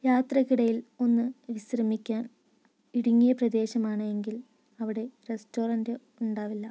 യാത്രക്കിടയിൽ ഒന്ന് വിശ്രമിക്കാൻ ഇടുങ്ങിയ പ്രദേശമാണ് എങ്കിൽ അവിടെ റസ്റ്റോറൻറ് ഉണ്ടാവില്ല